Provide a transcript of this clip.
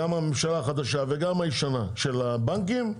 גם הממשלה החדשה וגם הישנה לגבי הבנקים,